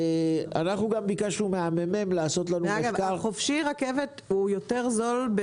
אגב חופשי חודשי ברכבת הוא זול יותר.